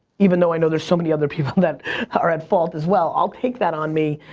even though i know there's so many other people that are at fault as well, i'll take that on me.